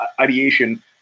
ideation